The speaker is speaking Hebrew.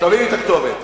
תביא לי את הכתובת.